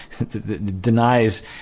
Denies